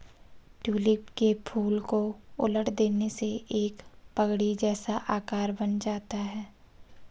tulip के फूल को उलट देने से एक पगड़ी जैसा आकार बन जाता है